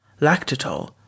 lactitol